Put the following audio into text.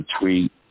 tweet